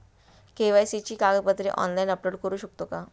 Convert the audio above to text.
KYC ची कागदपत्रे online upload करू शकतो का?